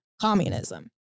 communism